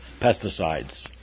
pesticides